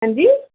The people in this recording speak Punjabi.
ਹਾਂਜੀ